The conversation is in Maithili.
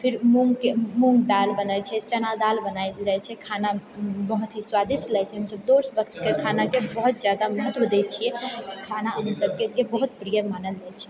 फिर मुंगके मुंगदालि बनै छै चना दालि बनाएल जाइछै खाना बहुत ही स्वादिष्ट लगै छै हम सभ दू समयके खानाके बहुत जादा महत्व दए छिऐ खाना हम सभके बहुत प्रिय मानल जाइत छै